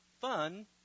fun